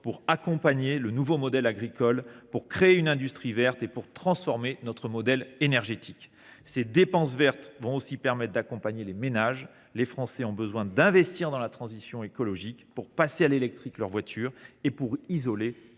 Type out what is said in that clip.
accompagner le nouveau modèle agricole, créer une industrie verte et transformer notre modèle énergétique. Ces dépenses vertes vont aussi permettre d’accompagner les ménages. Les Français ont besoin d’investir dans la transition écologique, que ce soit pour passer à la voiture électrique ou pour isoler